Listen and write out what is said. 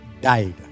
died